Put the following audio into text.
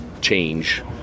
change